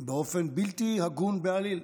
באופן בלתי הגון בעליל,